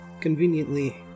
conveniently